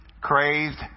crazed